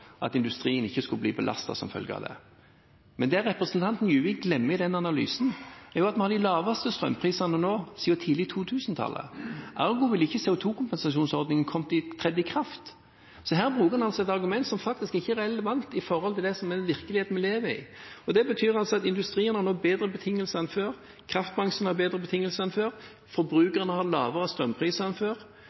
ikke industrien bli belastet som følge av det. Det representanten Juvik glemmer i den analysen, er at vi nå har de laveste strømprisene siden tidlig på 2000-tallet. Ergo vil ikke CO 2 -kompensasjonsordningen tre i kraft. Her bruker en altså et argument som faktisk ikke er relevant for den virkeligheten vi lever i. Det betyr at industrien nå har bedre betingelser enn før. Kraftbransjen har bedre betingelser enn før. Forbrukerne har lavere strømpriser enn før.